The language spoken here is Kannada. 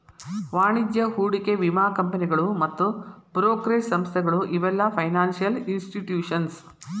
ವಾಣಿಜ್ಯ ಹೂಡಿಕೆ ವಿಮಾ ಕಂಪನಿಗಳು ಮತ್ತ್ ಬ್ರೋಕರೇಜ್ ಸಂಸ್ಥೆಗಳು ಇವೆಲ್ಲ ಫೈನಾನ್ಸಿಯಲ್ ಇನ್ಸ್ಟಿಟ್ಯೂಷನ್ಸ್